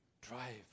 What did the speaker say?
drive